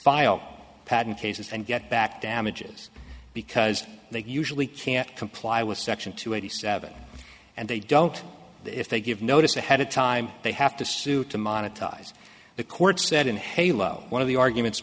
file patent cases and get back damages because they usually can't comply with section two eighty seven and they don't if they give notice ahead of time they have to sue to monetize the court said in halo one of the arguments